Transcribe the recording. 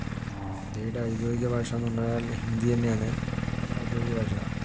ഇന്ത്യയുടെ ഔദ്യോഗിക ഭാഷ എന്ന് പറഞ്ഞാൽ ഹിന്ദി തന്നെയാണ് ഔദ്യോഗിക ഭാഷ